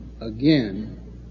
again